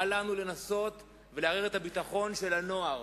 אל לנו לנסות לערער את הביטחון של הנוער